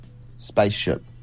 Spaceship